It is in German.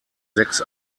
sechs